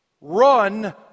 Run